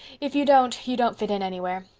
if you don't, you don't fit in anywhere.